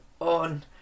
on